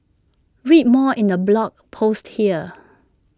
read more in the blog post here